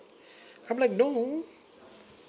I'm like no